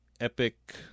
epic